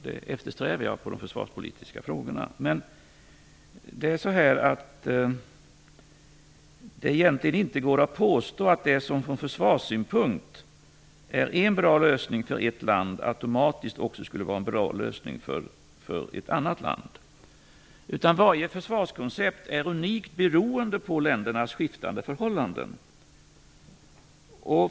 Det går egentligen inte att påstå att det som från försvarssynpunkt är en bra lösning för ett land automatiskt också skulle vara en bra lösning för ett annat land. Varje försvarskoncept är unikt, beroende på ländernas skiftande förhållanden.